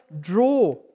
draw